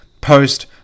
post